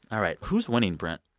all right. who's winning, brent?